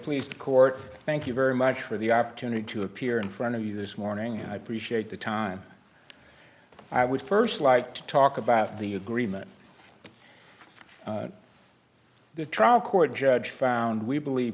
please the court thank you very much for the opportunity to appear in front of you this morning and i appreciate the time i would first like to talk about the agreement of the trial court judge found we believe